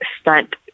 stunt